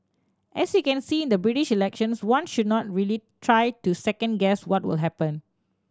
as you can see in the British elections one should not really try to second guess what will happen